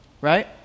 right